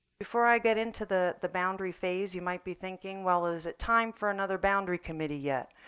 before i get into the the boundary phase, you might be thinking, well, is it time for another boundary committee yet.